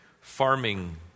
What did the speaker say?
farming